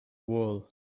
wool